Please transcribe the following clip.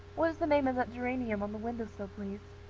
what is the name of that geranium on the window-sill, please?